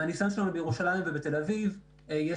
מהניסיון שלנו בירושלים ובתל אביב יש